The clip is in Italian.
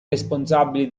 responsabili